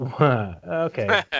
Okay